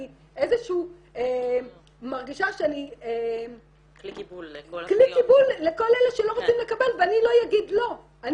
אני מרגישה שאני כלי קיבול לכל אלה שלא רוצים לקבל ואני לא אגיד לא.